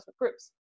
groups